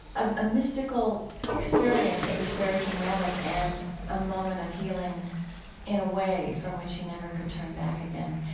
of a mystical experience that was very dramatic and a moment of healing in a way from which he never could turn back again.